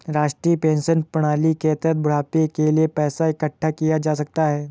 राष्ट्रीय पेंशन प्रणाली के तहत बुढ़ापे के लिए पैसा इकठ्ठा किया जा सकता है